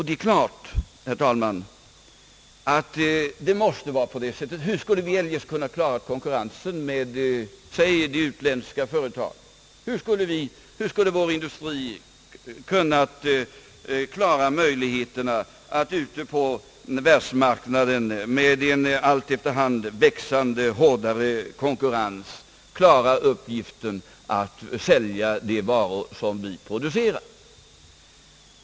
Det måste, herr talman, vara på det sättet. Hur skulle vi eljest kunna klara konkurrensen med utländska företag? Hur skulle vår industri ute på världs marknaden med en efter hand växande hårdare konkurrens eljest ha kunnat klara uppgiften att sälja de varor som vi producerar?